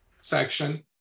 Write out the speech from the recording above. section